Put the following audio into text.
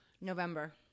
November